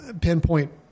pinpoint